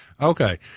Okay